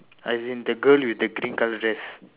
as in the girl with the green colour dress